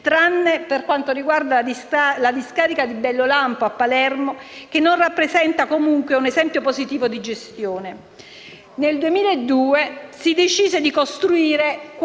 tranne per quanto riguarda la discarica di Bellolampo a Palermo, che non rappresenta comunque un esempio positivo di gestione. Nel 2002 si decise di costruire